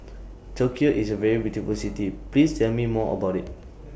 Tokyo IS A very beautiful City Please Tell Me More about IT